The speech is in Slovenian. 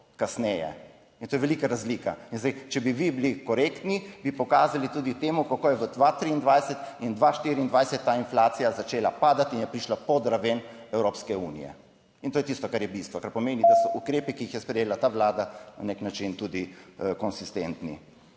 kasneje, in to je velika razlika. In zdaj, če bi vi bili korektni, bi pokazali tudi temu, kako je v 2023 in 2024 ta inflacija začela padati in je prišla pod raven Evropske unije in to je tisto kar je bistvo, kar pomeni, da so ukrepi, ki jih je sprejela ta vlada, na nek način tudi konsistentni.